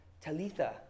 Talitha